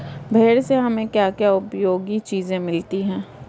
भेड़ से हमें क्या क्या उपयोगी चीजें मिलती हैं?